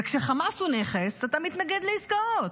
וכשחמאס הוא נכס אתה מתנגד לעסקאות,